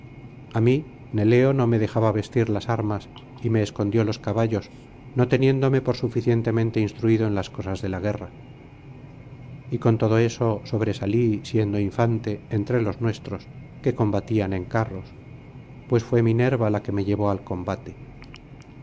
a mí neleo no me dejaba vestir las armas y me escondió los caballos no teniéndome por suficientemente instruido en las cosas de la guerra y con todo eso sobresalí siendo infante entre los nuestros que combatían en carros pues fué minerva la que me llevó al combate